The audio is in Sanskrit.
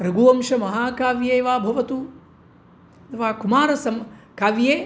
रघुवंशमहाकाव्ये वा भवतु अथवा कुमारसंभवकाव्ये